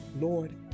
Lord